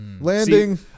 Landing